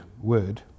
word